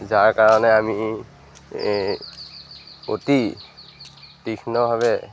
যাৰ কাৰণে আমি অতি তীক্ষ্ণভাৱে